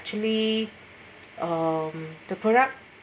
actually um the product